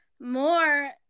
more